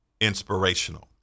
inspirational